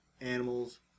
animals